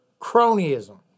cronyism